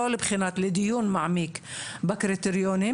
דיון מעמיק בקריטריונים,